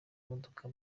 modoka